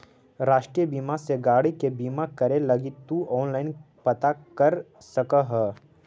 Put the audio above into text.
राष्ट्रीय बीमा से गाड़ी के बीमा करे लगी तु ऑनलाइन पता कर सकऽ ह